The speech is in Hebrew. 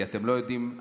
כי אתם לא יודעים,